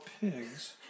pigs